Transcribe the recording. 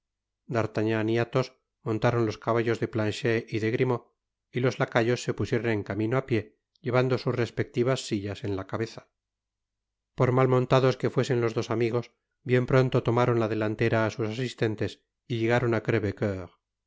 d'artagnan y athos montaron los caballos de planchet y de grimaud y los lacayos se pusieron en camino á pié llevando sus respectivas sillas en la cabeza por mal montados que fuesen los dos amigos bien pronto tomaron la delantera á sus asistentes y llegaron á